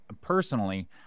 personally